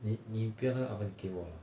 你你不要那个 oven 你给我 lah